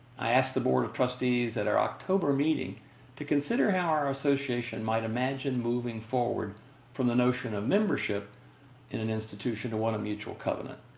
i asked the board of trustees at our october meeting to consider how our association might imagine moving forward from the notion of membership in an institution to one of mutual covenant.